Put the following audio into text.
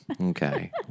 Okay